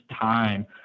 time